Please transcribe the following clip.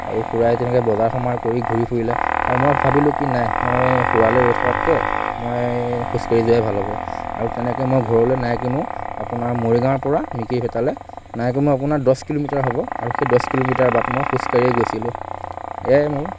আৰু খুড়াই তেনেকৈ বজাৰ সমাৰ কৰি ঘুৰি ফুৰিলে আৰু মই ভাবিলোঁ কি নাই মই খুড়ালৈ ৰৈ থকাতকৈ মই খোজকাঢ়ি যোৱাই ভাল হ'ব আৰু তেনেকৈ মই ঘৰলৈ নাই কমেও আপোনাৰ মৰিগাঁৱৰ পৰা মিকিৰভেটালৈ নাই কমেও আপোনাৰ দহ কিলোমিটাৰ হ'ব আৰু সেই দহ কিলোমিটাৰ বাট মই খোজকাঢ়িয়ে গৈছিলোঁ এয়াই মোৰ